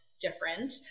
different